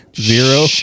Zero